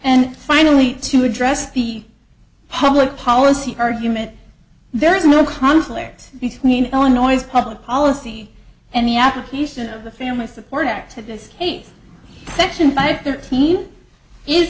and finally to address the public policy argument there is no conflict between illinois public policy and the application of the family support activist section five thirteen is